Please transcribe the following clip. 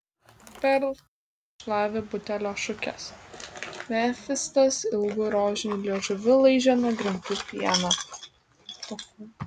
perl šlavė butelio šukes mefistas ilgu rožiniu liežuviu laižė nuo grindų pieną